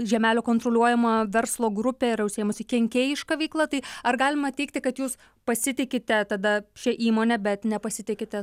žiemelio kontroliuojama verslo grupė yra užsiėmusi kenkėjiška veikla tai ar galima teigti kad jūs pasitikite tada šia įmone bet nepasitikite